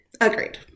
Agreed